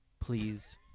Please